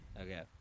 okay